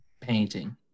painting